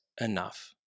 enough